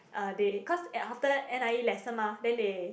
uh they cause after that N_I_E lesson mah then they